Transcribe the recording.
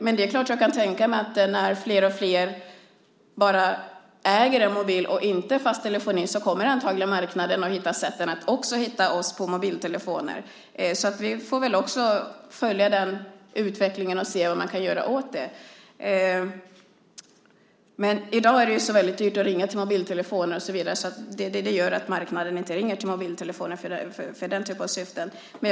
Men jag kan tänka mig att när fler och fler bara äger en mobil och inte har fast telefoni kommer marknaden antagligen att söka sätt för att hitta oss på mobiltelefoner. Vi får följa den utvecklingen och se vad vi kan göra åt den. Men i dag är det ju så dyrt att ringa till mobiltelefoner att företagen inte ringer till mobiltelefoner för den typen av syfte.